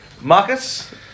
Marcus